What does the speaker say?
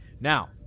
Now